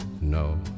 No